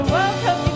welcome